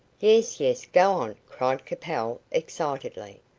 yes, yes, go on, cried capel excitedly,